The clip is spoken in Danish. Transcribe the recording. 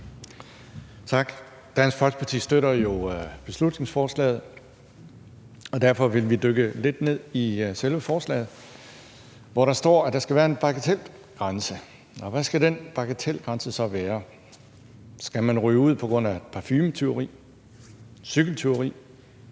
Tak. Dansk Folkeparti støtter jo beslutningsforslaget, og derfor vil vi dykke lidt ned i selve forslaget, hvor der står, at der skal være en bagatelgrænse. Og hvad skal den bagatelgrænse så være? Skal man ryge ud på grund af et parfumetyveri, et cykeltyveri?